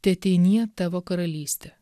teateinie tavo karalystė